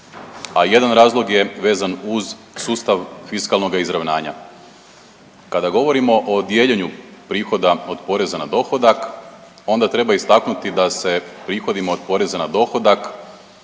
a jedan razlog je vezan uz sustav fiskalnoga izravnanja. Kada govorimo o dijeljenju prihoda od poreza na dohodak onda treba istaknuti da se prihodima od poreza na dohodak